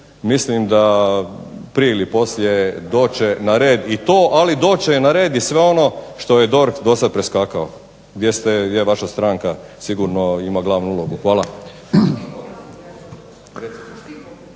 Mislim da prije ili poslije doći će na red i to, ali doći će na red i sve ono što je DORH dosad preskakao gdje je vaša stranka sigurno ima glavnu ulogu. Hvala.